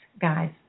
guys